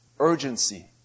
Urgency